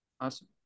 Awesome